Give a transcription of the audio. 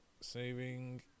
Saving